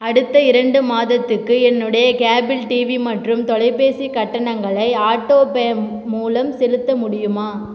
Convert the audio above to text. அடுத்த இரண்டு மாதத்துக்கு என்னுடைய கேபிள் டிவி மற்றும் தொலைபேசி கட்டணங்களை ஆட்டோ பே மூலம் செலுத்த முடியுமா